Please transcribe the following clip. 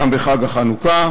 גם בחג החנוכה,